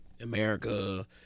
America